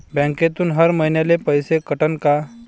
बँकेतून हर महिन्याले पैसा कटन का?